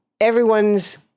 everyone's